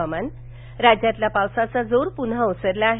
हवामान राज्यातला पावसाचा जोर पुन्हा ओसरला आहे